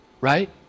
Right